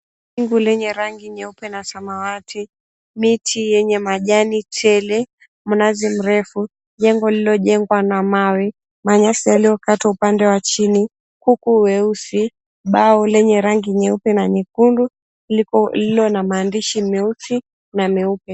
Wingu lenye rangi nyeupe na samawati, miti yenye majani tele, mnazi mrefu, jengo lililojengwa na mawe, manyasi yaliyokatwa upande wa chini, kuku weusi, bao lenye rangi nyeupe na nyekundu, lililo na maandishi meusi na meupe.